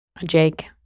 Jake